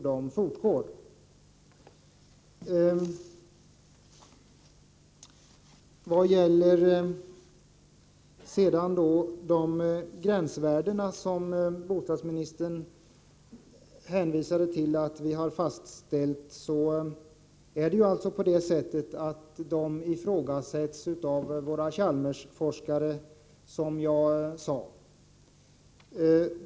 De gränsvärden som riksdagen har fastställt, och som bostadsministern hänvisade till, ifrågasätts alltså, som jag sade, av Chalmersforskarna.